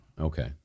Okay